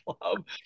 club